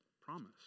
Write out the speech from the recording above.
promise